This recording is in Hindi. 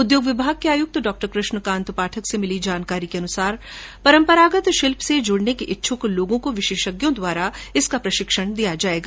उद्योग विभाग के आयुक्त डॉ कृष्णकान्त पाठक से मिली जानकारी के अनुसार परंपरागत शिल्प से जुड़ने के इच्छ्क लोगों को विशेषज्ञों द्वारा इसका प्रशिक्षण दिया जायेगा